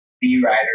B-rider